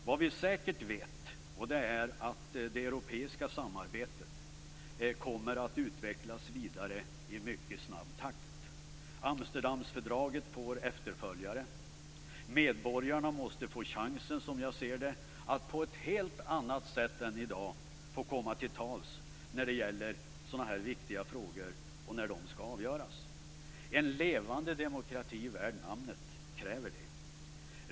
Vad vi säkert vet är att det europeiska samarbetet kommer att utvecklas vidare i mycket snabb takt. Amsterdamfördraget får efterföljare. Som jag ser det måste medborgarna få chansen att på ett helt annat sätt än i dag få komma till tals i sådana här viktiga frågor och när de skall avgöras. En levande demokrati värd namnet kräver det.